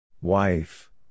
Wife